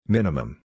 Minimum